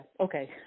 okay